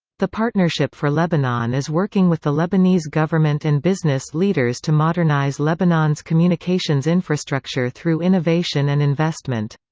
the partnership for lebanon is working with the lebanese government and business leaders to modernize lebanon's communications infrastructure through innovation and investment.